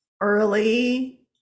early